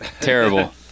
Terrible